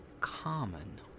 common